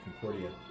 Concordia